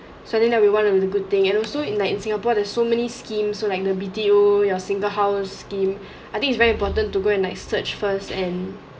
so that then we wanted was a good thing and also in like in singapore there's so many schemes like the B_T_O you're single house scheme I think it's very important to go like search first and